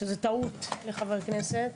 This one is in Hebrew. שזו טעות לחבר כנסת,